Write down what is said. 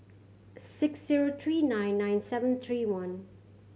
six zero three nine nine seven three one